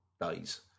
days